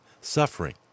suffering